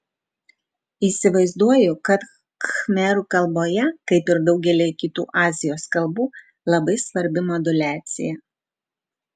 įsivaizduoju kad khmerų kalboje kaip ir daugelyje kitų azijos kalbų labai svarbi moduliacija